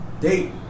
Date